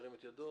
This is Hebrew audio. ירים את ידו.